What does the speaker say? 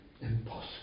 impossible